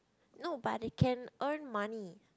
no but they can earn money